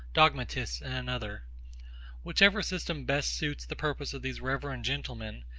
dogmatists in another whichever system best suits the purpose of these reverend gentlemen,